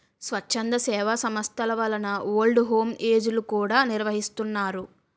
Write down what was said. స్వచ్ఛంద సేవా సంస్థల వలన ఓల్డ్ హోమ్ ఏజ్ లు కూడా నిర్వహిస్తున్నారు